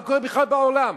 מה בכלל בעולם,